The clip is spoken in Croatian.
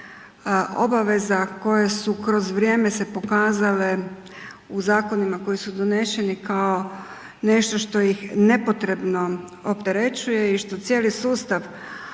obaveza koje su kroz vrijeme se pokazale u zakonima koji su doneseni kao nešto što ih nepotrebno opterećuje i što cijeli sustav